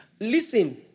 Listen